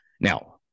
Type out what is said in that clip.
now